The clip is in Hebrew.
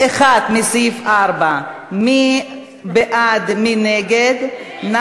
פרץ, מרב מיכאלי, איתן כבל,